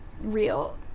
real